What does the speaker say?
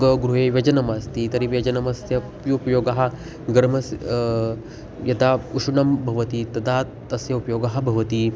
ग गृहे व्यजनमस्ति तर्हि व्यजनस्याप्युपयोगः गर्मस्य यदा उष्णं भवति तदा तस्य उपयोगः भवति